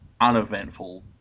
uneventful